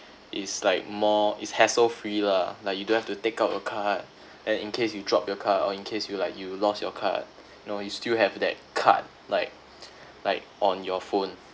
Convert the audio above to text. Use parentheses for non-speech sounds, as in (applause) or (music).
it's like more it's hassle free lah like you don't have to take out your card and in case you drop your card or in case you like you lost your card you know you still have that card like (breath) like on your phone